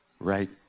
right